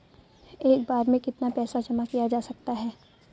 एक बार में कितना पैसा जमा किया जा सकता है?